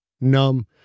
Numb